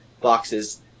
boxes